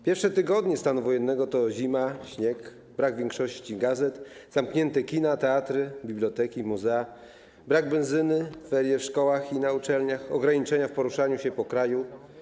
Pierwsze tygodnie stanu wojennego to zima, śnieg, brak większości gazet, zamknięte kina, teatry, biblioteki, muzea, brak benzyny, ferie w szkołach i na uczelniach, ograniczenia w poruszaniu się po kraju.